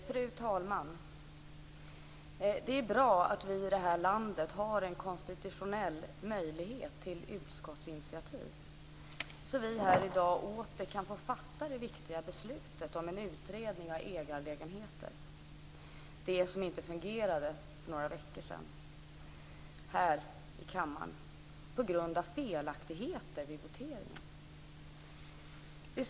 Fru talman! Det är bra att vi i det här landet har en konstitutionell möjlighet till utskottsinitiativ, så att vi här i dag åter kan få fatta det viktiga beslutet om en utredning av ägarlägenheter; det som inte fungerade för några veckor sedan här i kammaren på grund av felaktigheter vid voteringen.